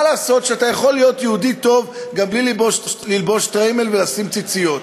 מה לעשות שאתה יכול להיות יהודי טוב גם בלי ללבוש שטריימל ולשים ציציות.